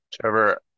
trevor